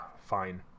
fine